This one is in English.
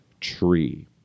tree